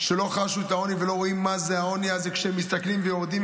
שלא חשו את העוני ולא רואים מה זה העוני הזה כשמסתכלים ויורדים,